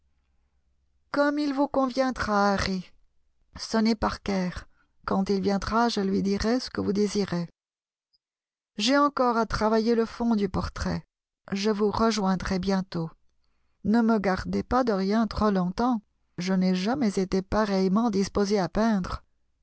gomme il vous conviendra iiarry sonnez parker quand il viendra je lui dirai ce que vous désirez j'ai encore à travailler le fond du portrait je vous rejoindrai bientôt ne me gardez pas dorian trop longtemps je n'ai jamais été pareillement disposé à peindre